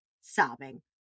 sobbing